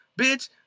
Bitch